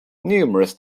numerous